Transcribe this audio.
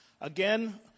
Again